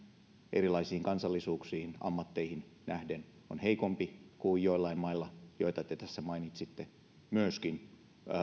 erilaisiin kansallisuuksiin ammatteihin nähden on heikompi kuin jollain mailla joita te tässä mainitsitte myöskin